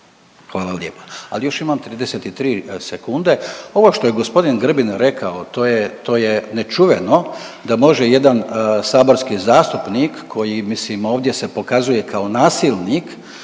hvala lijepa. Al još imam 33 sekunde, ovo što je g. Grbin rekao to je, to je nečuveno da može jedan saborski zastupnik koji mislim ovdje se pokazuje kao nasilnik,